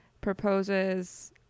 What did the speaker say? proposes